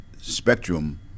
spectrum